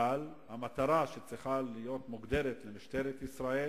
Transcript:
אבל המטרה שצריכה להיות מוגדרת למשטרת ישראל